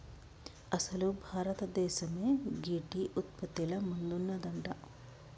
అసలు భారతదేసమే గీ టీ ఉత్పత్తిల ముందున్నదంట